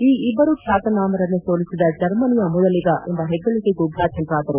ಈ ಇಬ್ಬರು ಖ್ಯಾತನಾಮರನ್ನು ಸೋಲಿಸಿದ ಜರ್ಮನಿಯ ಮೊದಲಿಗ ಎಂಬ ಹೆಗ್ಗಳಿಕೆಗೂ ಭಾಜನರಾದರು